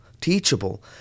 teachable